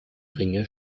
ringe